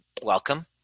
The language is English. welcome